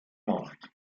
macht